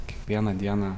kiekvieną dieną